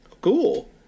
Cool